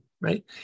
Right